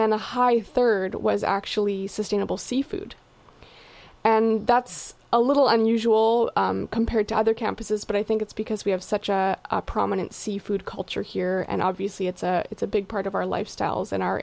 then a high third was actually sustainable seafood and that's a little unusual compared to other campuses but i think it's because we have such a prominent seafood culture here and obviously it's a it's a big part of our lifestyles and our